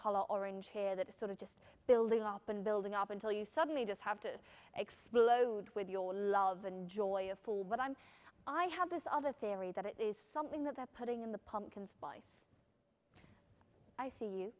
color orange hair that is sort of just building a lot been building up until you suddenly just have to explode with your love and joy or full but i'm i have this other theory that it is something that that putting in the pumpkin spice i see you